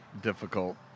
difficult